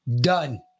Done